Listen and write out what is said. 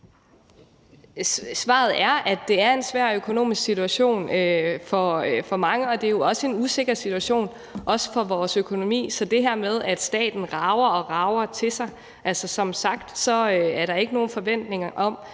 Svaret er, at det er en svær økonomisk situation for mange, og at det jo også er en usikker situation, også for vores økonomi. Så i forhold til det her med, at staten rager og rager til sig, er der altså som sagt ikke nogen forventninger om,